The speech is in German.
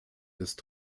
ist